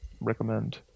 recommend